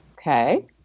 Okay